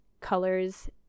colors